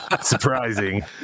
Surprising